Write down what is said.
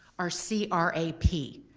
are c r a p.